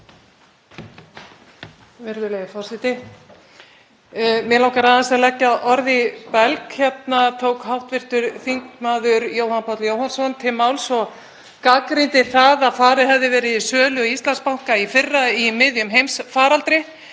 Mig langar aðeins að leggja orð í belg. Hérna tók hv. þm. Jóhann Páll Jóhannsson til máls og gagnrýndi það að farið hefði verið í sölu Íslandsbanka í fyrra í miðjum heimsfaraldri.